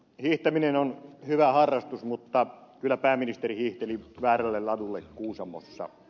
hiihtäminen on hyvä harrastus mutta kyllä pääministeri hiihteli väärälle ladulle kuusamossa